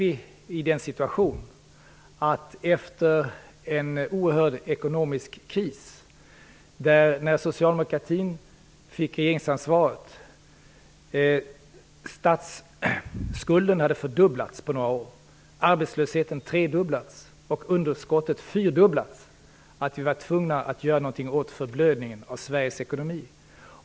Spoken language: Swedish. Vi befinner oss nu i den situationen att Socialdemokraterna fick regeringsansvaret efter en oerhörd ekonomisk kris då statsskulden hade fördubblats på några år, arbetslösheten hade tredubblats och underskottet fyrdubblats. Vi var därför tvungna att göra något åt förblödningen av Sveriges ekonomi.